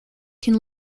can